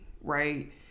right